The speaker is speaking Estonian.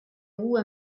uue